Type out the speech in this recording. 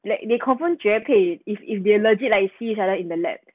like they confirm 绝配 if if they legit like see each other in the lab